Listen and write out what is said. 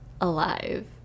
alive